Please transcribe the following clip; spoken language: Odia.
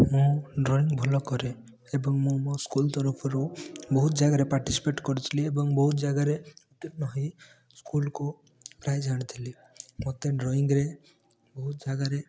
ମୁଁ ଡ୍ରଇଂ ଭଲ କରେ ଏବଂ ମୁଁ ମୋ ସ୍କୁଲ୍ ତରଫରୁ ବହୁତ ଜାଗାରେ ପାର୍ଟିସିପେଟ୍ କରିଥିଲି ଏବଂ ବହୁତ ଜାଗାରେ ଉତ୍ତୀର୍ଣ୍ଣ ହୋଇ ସ୍କୁଲ୍କୁ ପ୍ରାଇଜ୍ ଆଣିଥିଲି ମୋତେ ଡ୍ରଇଂରେ ବହୁତ ଜାଗାରେ